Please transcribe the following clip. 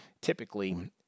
typically